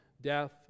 death